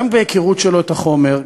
גם בהיכרות שלו את החומר,